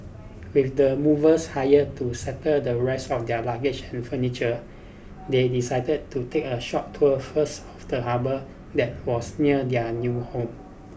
with the movers hired to settle the rest of their luggage and furniture they decided to take a short tour first of the harbour that was near their new home